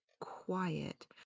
quiet